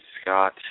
Scott